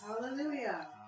Hallelujah